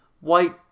White